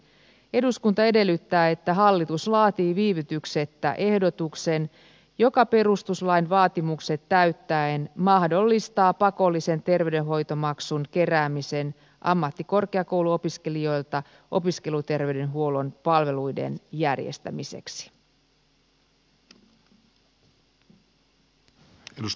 eduskunta edellyttää että hallitus laatii viivytyksettä ehdotuksen joka perustuslain vaatimukset täyttäen mahdollistaa pakollisen terveydenhoitomaksun keräämisen ammattikorkeakouluopiskelijoilta opiskeluterveydenhuollon palveluiden järjestämiseksi